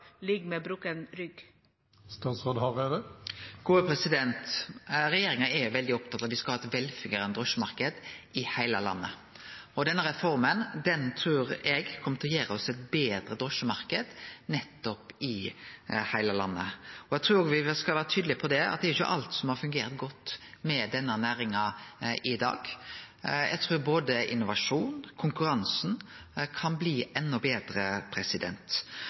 Regjeringa er veldig opptatt av at me skal ha ein velfungerande drosjemarknad i heile landet. Denne reforma trur eg kjem til å gi oss ein betre drosjemarknad, nettopp i heile landet. Eg trur me òg skal vere tydelege på at det ikkje er alt som har fungert godt med denne næringa i dag. Eg trur både innovasjonen og konkurransen kan bli endå betre.